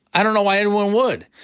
i don't know why anyone would.